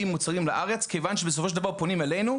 מוצרים לארץ כיוון שבסופו של דבר פונים אלינו,